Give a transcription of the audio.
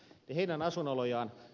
tihinen asuinolojaan